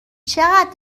چقدر